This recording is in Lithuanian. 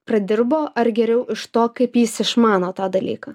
pradirbo ar geriau iš to kaip jis išmano tą dalyką